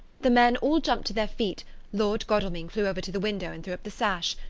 the men all jumped to their feet lord godalming flew over to the window and threw up the sash.